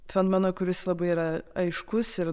fenomeną kuris labai yra aiškus ir